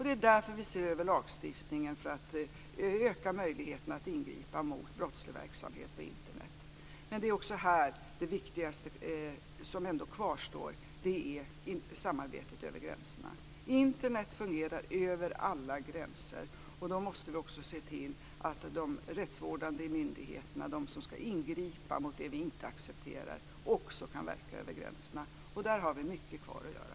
Det är därför vi ser över lagstiftningen för att öka möjligheterna till att ingripa mot brottslig verksamhet på Internet. Men här kvarstår det viktigaste, nämligen samarbetet över gränserna. Internet fungerar över alla gränser. Då måste vi se till att de rättsvårdande myndigheterna, de som ska ingripa mot det vi inte accepterar, också kan verka över gränserna. Där har vi mycket kvar att göra.